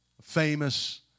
famous